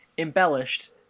embellished